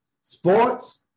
sports